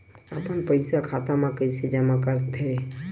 अपन पईसा खाता मा कइसे जमा कर थे?